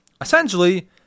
essentially